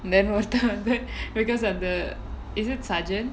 then roasted because err the is it sergeant